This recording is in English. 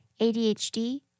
ADHD